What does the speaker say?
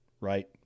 right